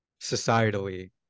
societally